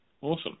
Awesome